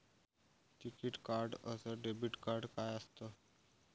टिकीत कार्ड अस debit card काय असत?